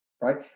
Right